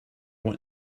want